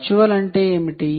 virtual అంటే ఏమిటి